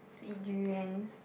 to eat durians